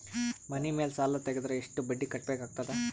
ಮನಿ ಮೇಲ್ ಸಾಲ ತೆಗೆದರ ಎಷ್ಟ ಬಡ್ಡಿ ಕಟ್ಟಬೇಕಾಗತದ?